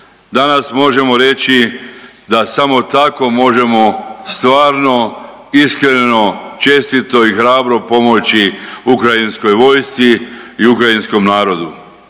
Danas možemo reći da samo tako možemo stvarno, iskreno, čestito i hrabro pomoći ukrajinskoj vojsci i ukrajinskom narodu.